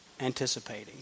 anticipating